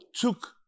took